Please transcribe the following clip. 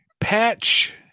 Patch